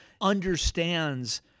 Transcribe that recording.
understands